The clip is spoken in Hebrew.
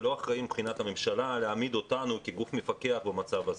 לא אחראי מבחינת הממשלה להעמיד אותנו כגוף מפקח במצב הזה.